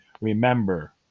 Remember